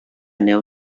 neu